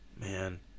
Man